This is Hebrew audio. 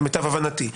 למיטב הבנתי.